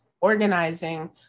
organizing